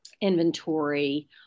inventory